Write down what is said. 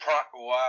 Wow